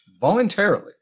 voluntarily